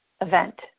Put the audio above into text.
event